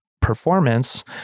performance